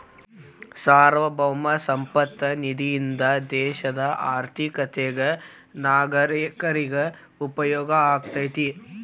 ಸಾರ್ವಭೌಮ ಸಂಪತ್ತ ನಿಧಿಯಿಂದ ದೇಶದ ಆರ್ಥಿಕತೆಗ ನಾಗರೇಕರಿಗ ಉಪಯೋಗ ಆಗತೈತಿ